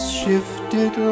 shifted